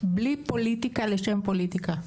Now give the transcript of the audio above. בלי פוליטיקה לשם פוליטיקה,